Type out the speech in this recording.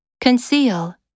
Conceal